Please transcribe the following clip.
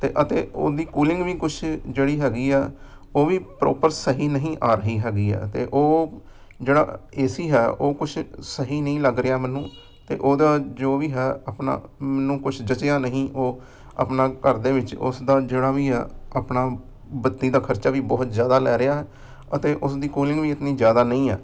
ਤੇ ਅਤੇ ਉਹਦੀ ਕੂਲਿੰਗ ਵੀ ਕੁਛ ਜਿਹੜੀ ਹੈਗੀ ਹੈ ਉਹ ਵੀ ਪ੍ਰੋਪਰ ਸਹੀ ਨਹੀਂ ਆ ਰਹੀ ਹੈਗੀ ਹੈ ਤੇ ਉਹ ਜਿਹੜਾ ਏ ਸੀ ਹੈ ਉਹ ਕੁਛ ਸਹੀ ਨਹੀਂ ਲੱਗ ਰਿਹਾ ਮੈਨੂੰ ਅਤੇ ਉਹਦਾ ਜੋ ਵੀ ਹੈ ਆਪਣਾ ਮੈਨੂੰ ਕੁਛ ਜਚਿਆਂ ਨਹੀਂ ਉਹ ਆਪਣਾ ਘਰ ਦੇ ਵਿੱਚ ਉਸ ਦਾ ਜਿਹੜਾ ਵੀ ਹੈ ਆਪਣਾ ਬੱਤੀ ਦਾ ਖਰਚਾ ਵੀ ਬਹੁਤ ਜ਼ਿਆਦਾ ਲੈ ਰਿਹਾ ਹੈ ਅਤੇ ਉਸਦੀ ਕੂਲਿੰਗ ਵੀ ਇਤਨੀ ਜ਼ਿਆਦਾ ਨਹੀਂ ਆ